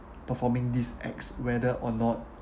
performing this acts whether or not